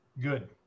Good